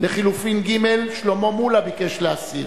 לחלופין ג' שלמה מולה ביקש להסיר,